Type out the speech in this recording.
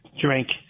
drink